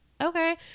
okay